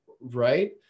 Right